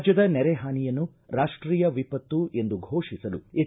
ರಾಜ್ಯದ ನೆರೆ ಹಾನಿಯನ್ನು ರಾಷ್ಟೀಯ ವಿಪತ್ತು ಎಂದು ಫೋಷಿಸಲು ಎಚ್